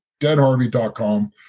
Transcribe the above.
deadharvey.com